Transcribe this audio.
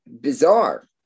bizarre